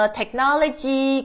technology